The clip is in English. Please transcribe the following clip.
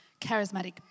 charismatic